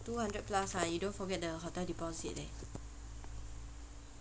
two hundred plus ah you don't forget the hotel deposit eh